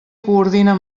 coordina